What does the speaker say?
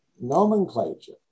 nomenclature